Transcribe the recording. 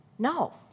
No